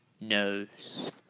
knows